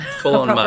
Full-on